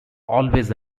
always